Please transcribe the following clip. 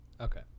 Okay